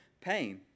pain